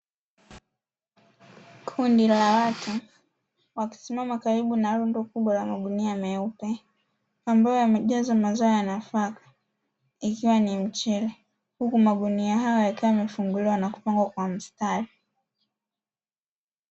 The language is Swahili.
Kundi la watu wakisimama karibu na rundo kubwa la magunia meupe, ambayo yamejazwa mazao ya nafaka yakiwa ni mchele huku magunia hayo yakiwa yamefunguliwa na kupangwa kwa mstari.